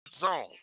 zone